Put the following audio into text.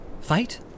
fight